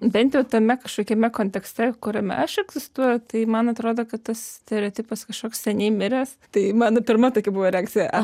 bent jau tame kažkokiame kontekste kuriame aš egzistuoju tai man atrodo kad tas stereotipas kažkoks seniai miręs tai mano pirma tokia buvo reakcija